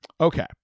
Okay